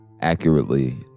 accurately